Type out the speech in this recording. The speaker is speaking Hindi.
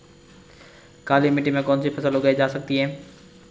काली मिट्टी में कौनसी फसल उगाई जा सकती है?